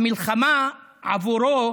המלחמה עבורו,